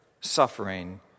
suffering